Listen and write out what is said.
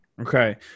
Okay